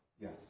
Yes